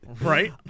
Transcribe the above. right